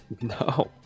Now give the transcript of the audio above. No